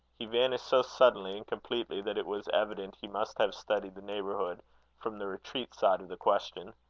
he vanished so suddenly and completely, that it was evident he must have studied the neighbourhood from the retreat side of the question.